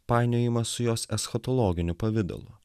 painiojimas su jos eschatologiniu pavidalu